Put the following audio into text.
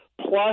plus